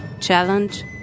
challenge